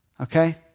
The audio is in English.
okay